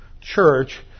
church